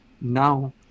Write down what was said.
now